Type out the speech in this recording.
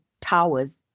towers